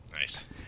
Nice